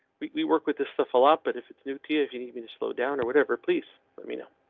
we work with this stuff a lot, but if it's new t if you need me to slow down or whatever, please let me know.